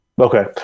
Okay